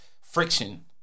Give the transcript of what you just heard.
friction